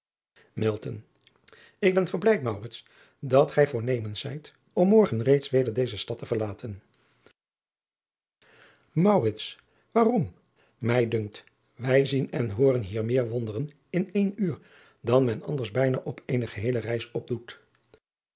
k ben verblijd dat gij voornemens zijn om morgen reeds weder deze stad te verlaten aarom ij dunkt wij zien en hooren hier meer wonderen in één uur dan men anders bijna op eene geheele reis opdoet